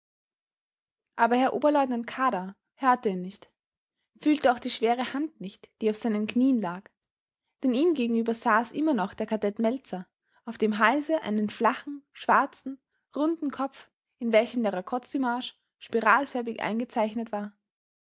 aber herr oberleutnant kadar hörte ihn nicht fühlte auch die schwere hand nicht die auf seinen knieen lag denn ihm gegenüber saß immer noch der kadett meltzar auf dem halse einen flachen schwarzen runden kopf in welchen der rakoczymarsch spiralförmig eingezeichnet war